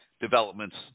developments